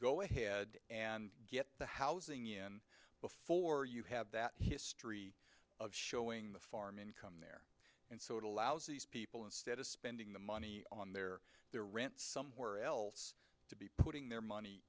go ahead and get the housing in before you have that history of showing the farm income and so it allows these people instead of spending the money on their their rent somewhere else to be putting their money